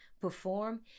perform